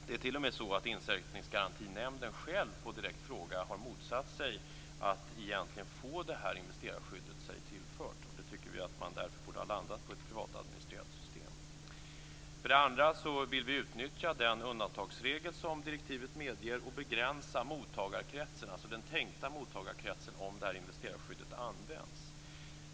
Det är t.o.m. så att Insättningsgarantinämnden själv på en direkt fråga har motsatt sig att egentligen få det här investerarskyddet sig tillfört. Därför tycker vi att man borde ha landat i ett privatadministrerat system. För det andra vill vi utnyttja den undantagsregel som direktivet medger och begränsa den tänkta mottagarkretsen om det här investerarskyddet används.